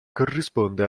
corrisponde